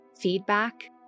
feedback